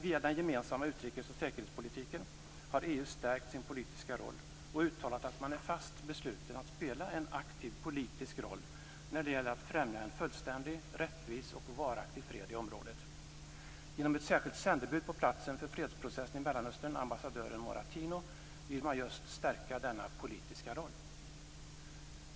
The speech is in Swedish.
Via den gemensamma utrikes och säkerhetspolitiken har EU stärkt sin politiska roll och uttalat att man är fast besluten att spela en aktiv politisk roll när det gäller att främja en fullständig, rättvis och varaktig fred i området. Genom ett särskilt sändebud på platsen för fredsprocessen i Mellanöstern, ambassadören Moratino, vill man just stärka denna politiska roll.